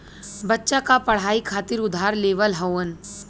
बच्चा क पढ़ाई खातिर उधार लेवल हउवन